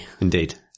Indeed